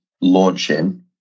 launching